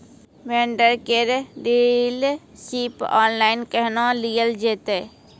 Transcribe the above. Vendor केर dealership online केहनो लियल जेतै?